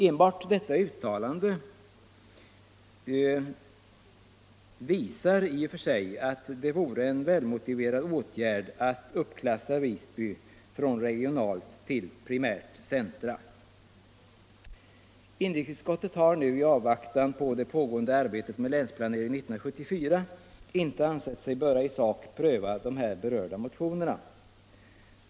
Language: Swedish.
Enbart detta uttalande visar i och för sig att det vore en välmotiverad åtgärd att uppklassa Visby från regionalt till primärt centrum. Inrikesutskottet har nu, i avvaktan på det pågående arbetet med Länsplanering 1974, inte ansett sig böra i sak pröva de här berörda motionerna.